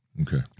Okay